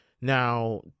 Now